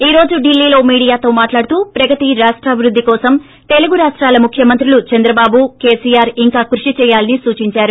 ఈ రోజు డిల్లీలో మీడియాతో మాట్లాడుతూ ప్రగతి రాష్టాభివృద్ది కోసం తెలుగు రాష్టాల ముఖ్యమంత్రులు చంద్రబాబు కేసీఆర్ ఇంకా కృషి చేయాలని సూచించారు